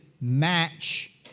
match